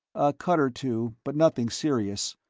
a cut or two, but nothing serious,